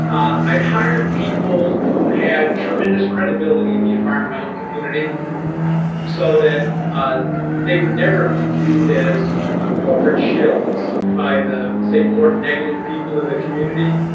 i'd hired people who had tremendous credibility in the environmental community so that they would never be viewed as ah corporate shills by the, say, more negative people in the community.